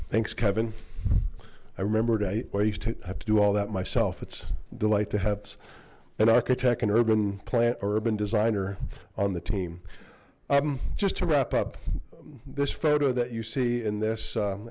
thanks kevin i remembered i used to have to do all that myself it's delight to have an architect and urban plant urban designer on the team just to wrap up this photo that you see in this